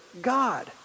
God